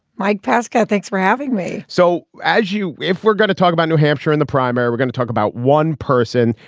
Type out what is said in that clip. mike pesca thanks for having me. so as you if we're going to talk about new hampshire in the primary, we're going to talk about one person,